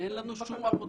אין לנו שום עבודות.